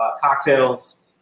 cocktails